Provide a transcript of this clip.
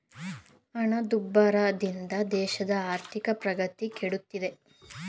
ಹಣದುಬ್ಬರದಿಂದ ದೇಶದ ಆರ್ಥಿಕ ಪ್ರಗತಿ ಕೆಡುತ್ತಿದೆ